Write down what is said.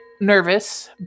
nervous